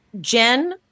Jen